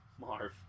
Marv